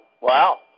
Wow